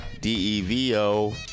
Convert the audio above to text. d-e-v-o